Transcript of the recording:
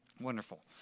wonderful